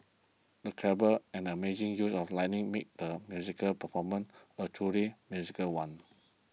the clever and amazing use of lighting made the musical performance a truly magical one